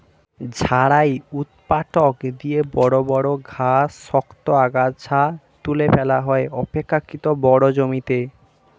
ঝাড়াই ঊৎপাটক দিয়ে বড় বড় ঘাস, শক্ত আগাছা তুলে ফেলা হয় অপেক্ষকৃত বড় জমিতে